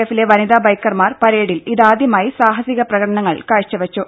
എഫിലെ വനിതാ ബൈക്കർമാർ പരേഡിൽ ഇതാദ്യമായി സാഹസിക പ്രകടനങ്ങൾ കാഴ്ചവെച്ചു